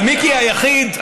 אבל מיקי היחיד,